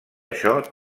això